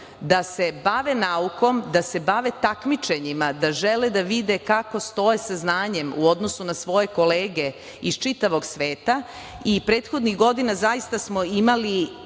da se bave naukom, da se bave takmičenjima, da žele da vide kako stoje sa znanjem u odnosu na svoje kolege iz čitavog svega i prethodnih godina zaista smo imali